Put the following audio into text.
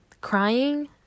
crying